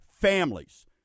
families